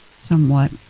somewhat